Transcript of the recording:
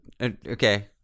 Okay